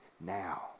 now